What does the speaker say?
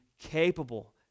capable